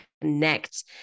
connect